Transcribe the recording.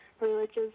religious